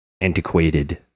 antiquated